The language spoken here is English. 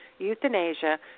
Euthanasia